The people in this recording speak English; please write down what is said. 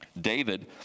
David